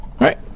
Right